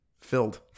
filled